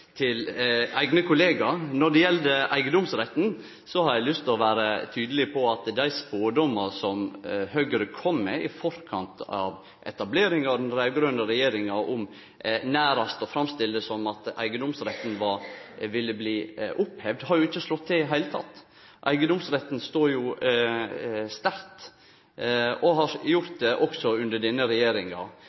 til eigne kollegaer. Når det gjeld eigedomsretten, har eg lyst til å vere tydeleg på at dei spådomane som Høgre kom med i forkant av etableringa av den raud-grøne regjeringa om nærast å framstille det som om eigedomsretten ville bli oppheva, ikkje har slått til i det heile. Eigedomsretten står sterkt, og det har han òg gjort under denne regjeringa.